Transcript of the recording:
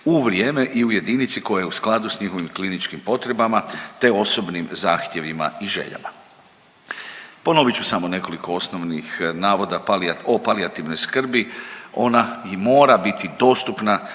u vrijeme i u jedinici koja je u skladu s njegovim kliničkim potrebama, te osobnim zahtjevima i željama. Ponovit ću samo nekoliko osnovnih navoda palija…, o palijativnoj skrbi. Ona i mora biti dostupna